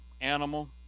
animal